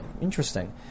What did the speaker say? interesting